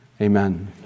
Amen